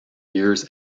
years